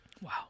Wow